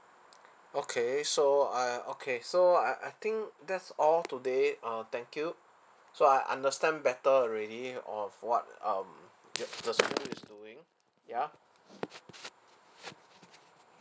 okay so I okay so I I think that's all today uh thank you so I understand better already of what um the the school is doing ya